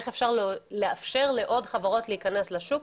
איך לאפשר לעוד חברות להיכנס לשוק